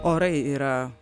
orai yra